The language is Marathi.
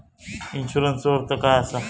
इन्शुरन्सचो अर्थ काय असा?